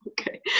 okay